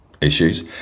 issues